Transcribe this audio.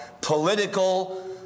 political